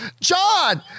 John